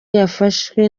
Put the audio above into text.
yafashe